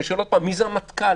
מי זה המטכ"ל?